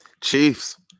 Chiefs